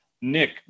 nick